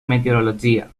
meteorologia